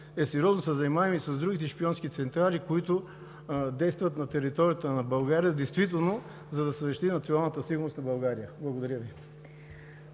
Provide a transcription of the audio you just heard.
е сериозно да се занимаваме с другите шпионски централи, които действат на територията на България, за да се защити националната сигурност на България. Благодаря Ви.